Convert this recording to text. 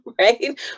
right